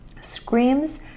screams